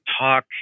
talk